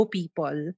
people